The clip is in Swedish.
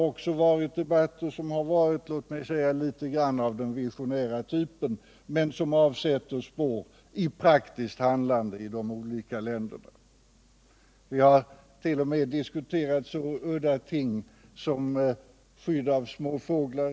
Också i de avseendena har man fört debatter som varit av den litet visionära typen men som avsatt spår i praktiskt handlande i de olika länderna. Vi hart.o.m. diskuterat så udda ting som skydd av flyttfåglar.